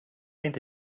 inte